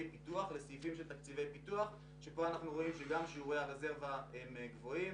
פיתוח שבו אנחנו רואים ששיעורי הרזרבה גבוהים,